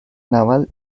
naval